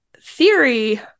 theory